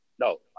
No